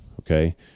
Okay